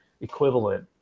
equivalent